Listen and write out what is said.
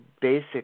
basic